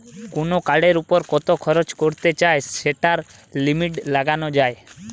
কুনো কার্ডের উপর কত খরচ করতে চাই সেটার লিমিট লাগানা যায়